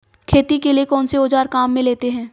खेती के लिए कौनसे औज़ार काम में लेते हैं?